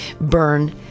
burn